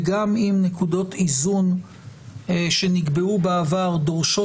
וגם אם נקודות איזון שנקבעו בעבר דורשות